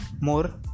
more